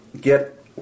get